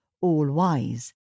all-wise